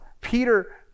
Peter